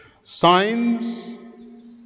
Signs